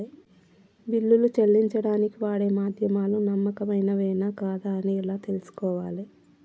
బిల్లులు చెల్లించడానికి వాడే మాధ్యమాలు నమ్మకమైనవేనా కాదా అని ఎలా తెలుసుకోవాలే?